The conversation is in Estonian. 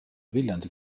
viljandi